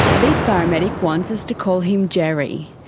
this paramedic wants us to call him gerry.